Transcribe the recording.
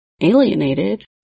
Alienated